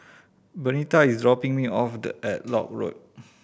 Bernita is dropping me off at Lock Road